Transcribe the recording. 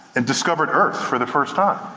and discovered earth for the first time.